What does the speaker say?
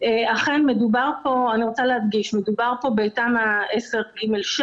אני רוצה להדגיש, מדובר פה בתמ"א 10/ג/6.